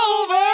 over